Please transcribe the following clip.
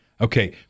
Okay